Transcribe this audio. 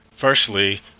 Firstly